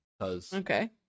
Okay